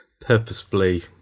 purposefully